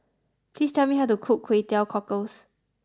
please tell me how to cook Kway Teow Cockles